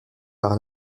par